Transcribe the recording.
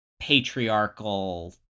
patriarchal